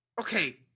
Okay